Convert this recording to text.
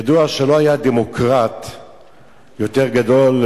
ידוע שלא היה דמוקרט יותר גדול,